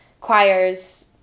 choirs